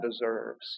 deserves